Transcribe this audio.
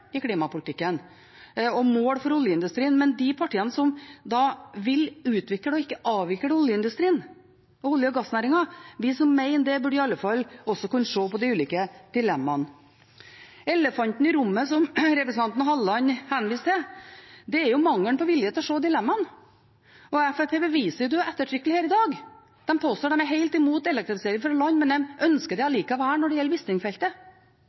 i klimapolitikken og ulike mål for oljeindustrien. Men de partiene som vil utvikle og ikke avvikle oljeindustrien og olje- og gassnæringen, de som mener det, burde i alle fall også kunne se på de ulike dilemmaene. Elefanten i rommet, som representanten Halleland henviser til, er mangelen på vilje til å se dilemmaene. Fremskrittspartiet beviser det ettertrykkelig her i dag. De påstår at de er helt imot elektrifisering fra land, men de ønsker det allikevel når det gjelder